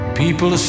people